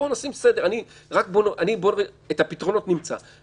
לא בצורה כזאת בוטה.